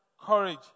courage